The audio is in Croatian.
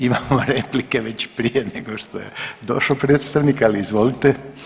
Imamo replike već prije nego što je došao predstavnik, ali izvolite.